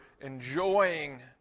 enjoying